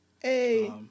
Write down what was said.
Hey